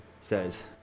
says